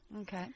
Okay